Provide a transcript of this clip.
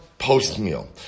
Post-meal